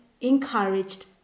encouraged